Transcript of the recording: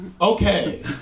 Okay